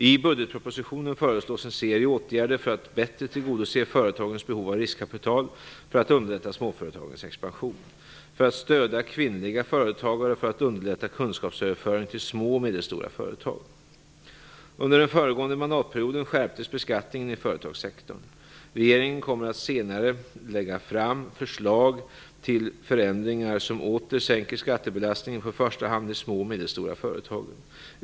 I budgetpropositionen föreslås en serie åtgärder för att bättre tillgodose företagens behov av riskkapital, för att underlätta småföretagens expansion, för att stödja kvinnliga företagare och för att underlätta kunskapsöverföring till små och medelstora företag. Under den föregående mandatperioden skärptes beskattningen i företagssektorn. Regeringen kommer att senare lägga fram förslag till förändringar som åter sänker skattebelastningen på i första hand de små och medelstora företagen.